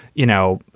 you know,